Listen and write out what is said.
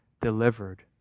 delivered